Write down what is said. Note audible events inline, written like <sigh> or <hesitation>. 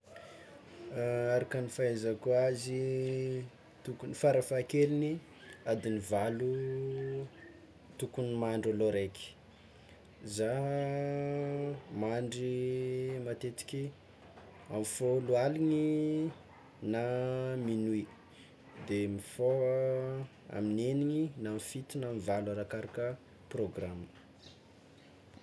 <hesitation> Araka ny fahaizako azy tokony farafahakeliny adiny valo tokony mandry ôlo araiky, zah mandry matetiky amy folo aligny na minuit de mifôha amin'ny eniny na amy fito na amy valo arakaraka prôgrama.